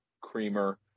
creamer